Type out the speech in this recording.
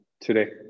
today